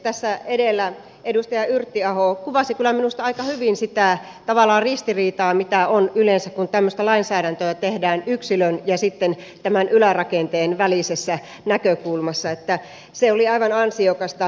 tässä edellä edustaja yrttiaho kuvasi kyllä minusta aika hyvin sitä tavallaan ristiriitaa mitä on yleensä kun tämmöistä lainsäädäntöä tehdään yksilön ja sitten tämän ylärakenteen näkökulmien välillä se oli aivan ansiokasta